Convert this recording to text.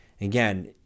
Again